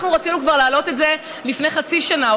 אנחנו רצינו להעלות את זה כבר לפני חצי שנה,